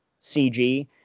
CG